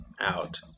Out